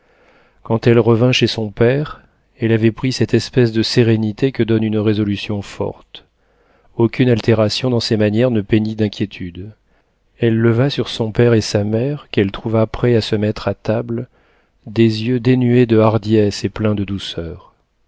quand elle revint chez son père elle avait pris cette espèce de sérénité que donne une résolution forte aucune altération dans ses manières ne peignit d'inquiétude elle leva sur son père et sa mère qu'elle trouva prêts à se mettre à table des yeux dénués de hardiesse et pleins de douceur